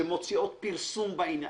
שמוציאות פרסום בעניין.